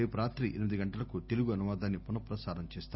రేపు రాత్రి ఎనిమిది గంటలకు తెలుగు అనువాదాన్ని పున ప్రసారం చేస్తారు